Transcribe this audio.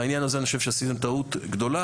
בעניין הזה אני חושב שעשיתם טעות גדולה,